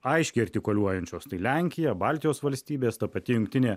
aiškiai artikuliuojančios tai lenkija baltijos valstybės ta pati jungtinė